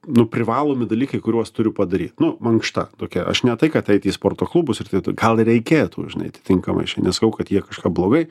nu privalomi dalykai kuriuos turiu padaryti nu mankšta tokia aš ne tai kad eiti į sporto klubus ir tai gal reikėtų žinai atitinkamai aš nesakau kad jie kažką blogai